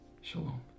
Shalom